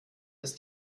ist